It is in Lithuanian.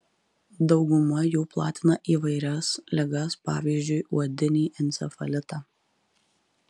dauguma jų platina įvairias ligas pavyzdžiui uodinį encefalitą